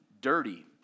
dirty